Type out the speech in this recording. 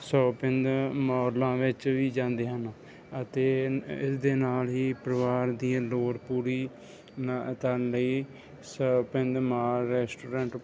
shopping ਮੋਲਾਂ ਵਿੱਚ ਵੀ ਜਾਂਦੇ ਹਨ ਅਤੇ ਇਸ ਦੇ ਨਾਲ ਹੀ ਪਰਿਵਾਰ ਦੀਆਂ ਲੋੜ ਪੂਰੀ ਨਾ ਕਰਨ ਲਈ ਸ਼ਾਪਿੰਗ ਮੋਲ ਰੈਸਟੋਰੈਂਟ